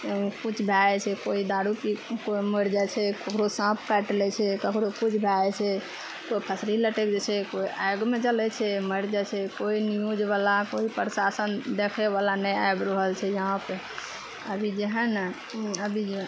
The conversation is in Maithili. किछु भए जाइ छै कोइ दारू पी कऽ कोइ मरि जाइ छै ककरो साँप काटि लै छै ककरो किछु भए जाइ छै कोइ फाॅंसी लटैक जाइ छै कोइ आगिमे जलै छै मरि जाइ छै कोइ न्यूज बला कोइ प्रशासन देखै बला नहि आबि रहल छै यहाँ पे अभी जे है ने अभी जे